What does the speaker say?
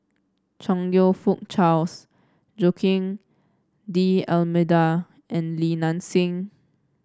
Chong You Fook Charles Joaquim D'Almeida and Li Nanxing